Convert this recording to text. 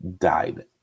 died